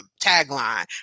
tagline